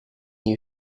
you